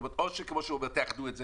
או כמו שהוא אומר, תאחדו את זה,